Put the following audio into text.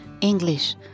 English